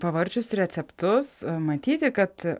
pavarčius receptus matyti kad